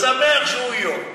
אתה שמח שהוא יו"ר.